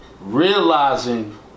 Realizing